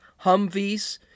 Humvees